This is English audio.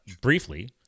briefly